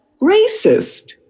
racist